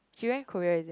she Korea is it